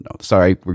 sorry